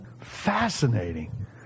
Fascinating